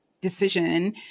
decision